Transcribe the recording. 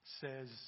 says